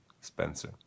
Spencer